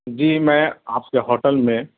جی میں آپ کے ہوٹل میں